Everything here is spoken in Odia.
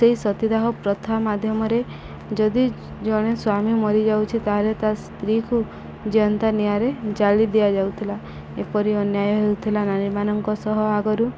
ସେଇ ସତୀଦାହ ପ୍ରଥା ମାଧ୍ୟମରେ ଯଦି ଜଣେ ସ୍ୱାମୀ ମରିଯାଉଛି ତା'ହେଲେ ତା ସ୍ତ୍ରୀକୁ ଜଳନ୍ତା ନିଆଁରେ ଜାଳି ଦିଆଯାଉଥିଲା ଏପରି ଅନ୍ୟାୟ ହେଉଥିଲା ନାରୀମାନଙ୍କ ସହ ଆଗରୁ